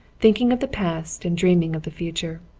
thinking of the past and dreaming of the future.